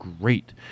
great